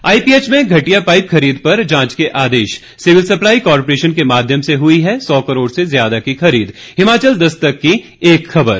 IPH में घटिया pipe खरीद पर जांच के आदेश सिविल सप्लाई कॉरपोरेशन के माध्यम से हुई है सौ करोड़ से ज्यादा की खरीद हिमाचल दस्तक की एक खबर